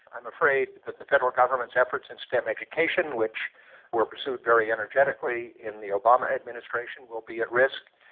i'm afraid that the federal government's efforts in stem education which were pursued very energetically in the obama administration will be at risk.